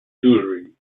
jewelry